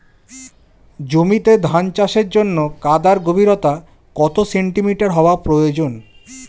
জমিতে ধান চাষের জন্য কাদার গভীরতা কত সেন্টিমিটার হওয়া প্রয়োজন?